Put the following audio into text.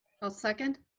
i'll second.